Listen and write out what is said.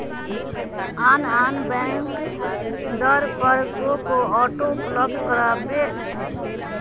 आन आन बैंक दर पर को को ऑटो उपलब्ध करबबै छईं